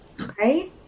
okay